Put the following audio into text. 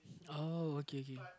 oh okay okay